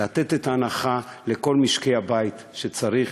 לתת את ההנחה לכל משקי הבית שצריך,